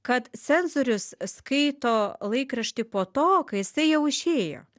kad cenzorius skaito laikraštį po to kai jisai jau išėjo